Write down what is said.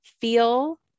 feel